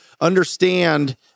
understand